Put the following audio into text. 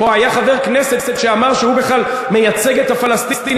פה היה חבר כנסת שאמר שהוא בכלל מייצג את הפלסטינים.